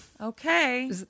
Okay